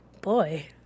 Boy